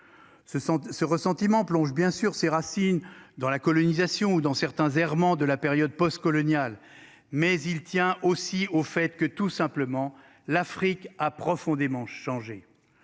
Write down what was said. ce ressentiment plonge bien sûr ses racines dans la colonisation ou dans certains errements de la période post-coloniale. Mais il tient aussi au fait que tout simplement l'Afrique a profondément changé.